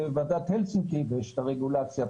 ולחוד על מנת ללמוד ולהבין את הנפשות הפועלות ואת הלך הרוח.